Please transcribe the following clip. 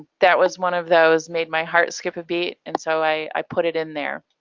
that was one of those made my heart skip a beat and so i put it in there.